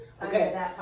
Okay